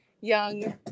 young